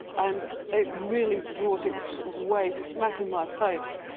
and it really brought it way smack in my face.